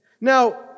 Now